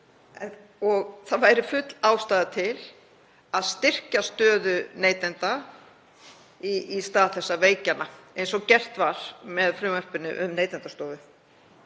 og væri full ástæða til að styrkja stöðu neytenda í stað þess að veikja hana eins og gert var með frumvarpinu um Neytendastofu.